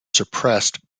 suppressed